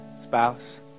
Spouse